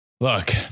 Look